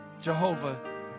Jehovah